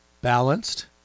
balanced